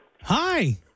hi